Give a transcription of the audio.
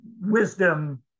wisdom